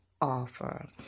offer